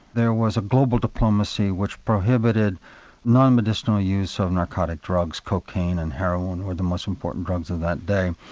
there was a global diplomacy which prohibited non-medicinal use of narcotic drugs, cocaine, and heroin were the most important drugs in that day.